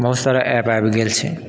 बहुत सारा ऐप आबि गेल छै